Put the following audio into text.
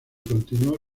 continuó